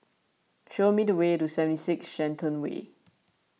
show me the way to seventy six Shenton Way